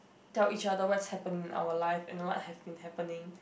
tell each other what is happening in our life and what have been happening